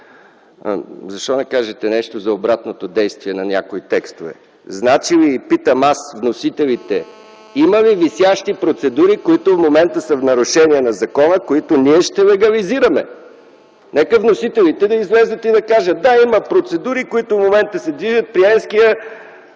Защо не кажете нещо за обратното действие на някои текстове? Питам вносителите: има ли висящи процедури, които в момента са в нарушение на закона и които ние ще легализираме? Нека вносителите да излязат и да кажат: „Да, има процедури, които в момента се движат при „n”-ския